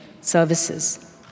services